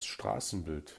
straßenbild